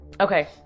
Okay